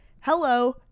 Hello